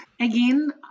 again